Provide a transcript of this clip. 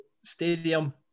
Stadium